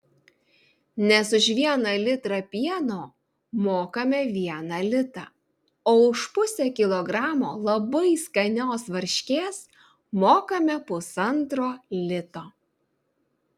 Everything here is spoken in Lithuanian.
nes už vieną litrą pieno mokame vieną litą o už pusę kilogramo labai skanios varškės mokame pusantro lito